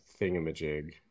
thingamajig